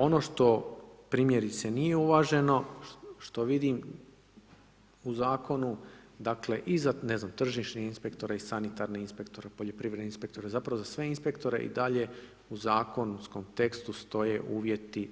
Ono što primjerice nije uvaženo, što vidim, u Zakonu, dakle, ne znam tržišnih inspektora i sanitarnih inspektora, poljoprivrednih inspektora, zapravo za sve inspektore i dalje u zakonskom tekstu stoje uvjeti